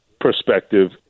perspective